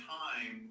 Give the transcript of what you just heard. time